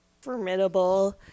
formidable